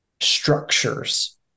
structures